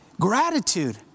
gratitude